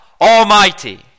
Almighty